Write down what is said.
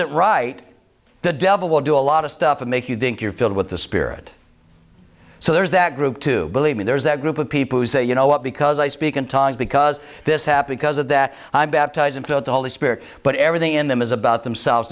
isn't right the devil will do a lot of stuff and make you think you're filled with the spirit so there's that group to believe me there's that group of people who say you know what because i speak in tongues because this happen because of that i'm baptized into the holy spirit but everything in them is about themselves